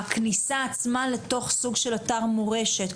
הכניסה עצמה לתוך סוג של אתר מורשת,